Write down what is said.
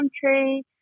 country